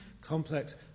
complex